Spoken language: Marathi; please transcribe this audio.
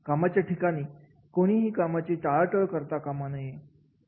कामाच्या ठिकाणी कोणीही कामाची टाळाटाळ करता कामा नये